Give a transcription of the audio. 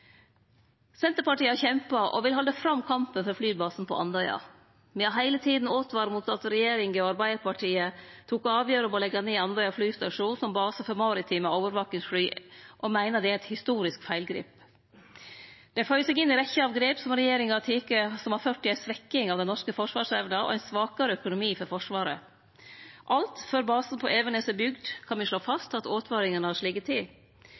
Senterpartiet har kjempa – og vil halde fram kampen – for flybasen på Andøya. Me har heile tida åtvara mot at regjeringa og Arbeidarpartiet tok avgjerda om å leggje ned Andøya flystasjon som base for maritime overvakingsfly, og meiner det er eit historisk feilgrep. Det føyer seg inn i rekkja av grep som regjeringa har teke som har ført til ei svekking av den norske forsvarsevna og ein svakare økonomi for Forsvaret. Alt før basen på Evenes er bygd, kan me slå fast at åtvaringane har slått til.